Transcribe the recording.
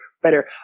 Better